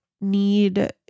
need